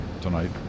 Tonight